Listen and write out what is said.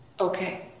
okay